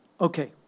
Okay